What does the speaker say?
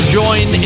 join